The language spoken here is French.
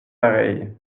pareil